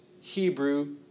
Hebrew